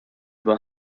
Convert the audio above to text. were